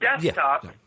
desktop